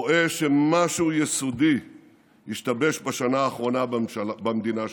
רואה שמשהו יסודי השתבש בשנה האחרונה במדינה שלנו.